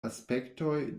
aspektoj